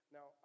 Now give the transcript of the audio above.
Now